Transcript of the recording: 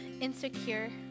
insecure